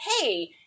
hey